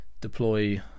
deploy